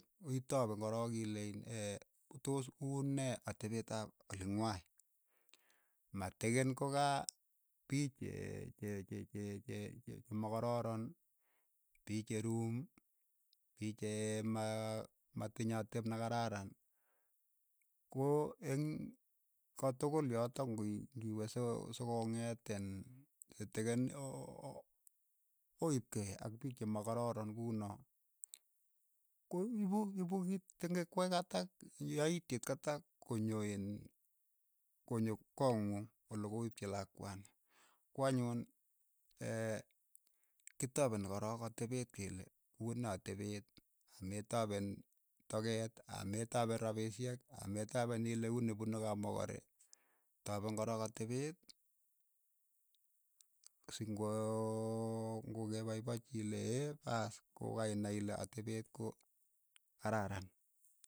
Wui itapeen korook ile iin kotos uu nee atepet ap oling'wai, matikin ko ka piich che- che- che- chema karoron, pii che ruum, pii che ma- matinye atep nekararan, ko eng' kotukul yotok ngo ng'iwe so- so ko ng'et iin, kitikin oo- oo oipkei ak piik che mo kororon kunoo, ko ipu- ipu kiit tengekwakatak yaityet katak konyo iin konyo koo ng'ung olokoipchi lakwani, ko anyun ee, ki topeni korook atepeet kole unee atepeet, ko me tapen toket ame tapeen rapishek, ametapen ile uni punu kamakare, tapen korook atepeet si ng'oo ng'okepaipachi ile paas, ko ka inai ile atepeet ko kararan.